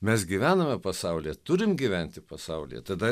mes gyvename pasaulyje turim gyventi pasaulyje tada